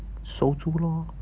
收住 lor